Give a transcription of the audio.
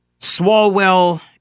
Swalwell